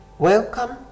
Welcome